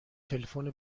تلفن